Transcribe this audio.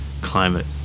climate